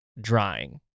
drying